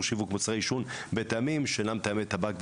שיווק מוצרי עישון בטעמים שאינם טעמי טבק,